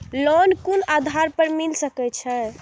Loan कोन आधार पर मिल सके छे?